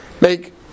make